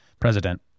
president